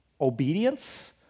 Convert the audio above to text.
obedience